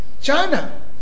China